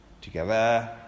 together